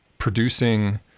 producing